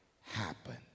happen